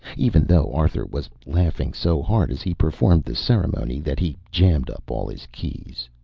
even though arthur was laughing so hard as he performed the ceremony that he jammed up all his keys.